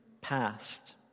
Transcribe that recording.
past